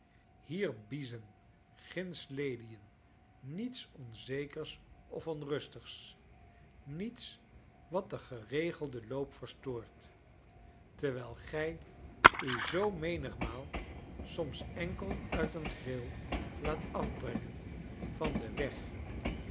hier biezen ginds lelien niets oaizekers of onrustigs niets wat den geregelden loop verstoort terwijl gij u zoo menigmaal soms enkel uit een gril laat afbrengen van den weg